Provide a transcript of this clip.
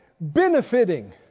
benefiting